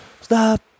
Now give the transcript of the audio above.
stop